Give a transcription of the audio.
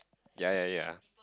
ya ya ya